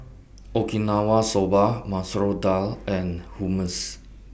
Okinawa Soba Masoor Dal and Hummus